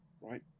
right